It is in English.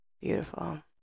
beautiful